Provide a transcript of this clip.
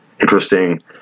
interesting